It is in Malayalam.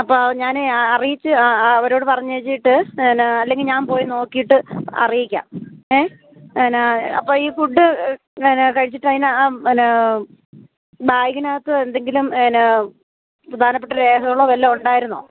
അപ്പോൾ ഞാൻ അറിയിച്ച് അവരോട് പറഞ്ഞു വെച്ചിട്ട് എന്നാ അല്ലെങ്കിൽ ഞാൻ പോയി നോക്കിയിട്ട് അറിയിക്കാം ഏ എന്നാ അപ്പോൾ ഈ ഫുഡ് പിന്നെ കഴിച്ചിട്ട് അതിന് ആ എന്നാ ബായ്ഗിനകത്ത് എന്തെങ്കിലും എന്നാ പ്രധാനപ്പെട്ട രേഖകളോ വല്ലതും ഉണ്ടായിരുന്നോ